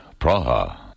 Praha